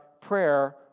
prayer